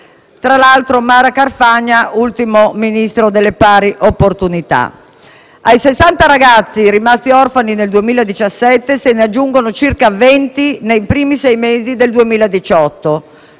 Tra l'altro, Mara Carfagna è stata l'ultimo Ministro delle pari opportunità. Ai 60 ragazzi rimasti orfani nel 2017 se ne aggiungono circa 20 nei primi sei mesi del 2018.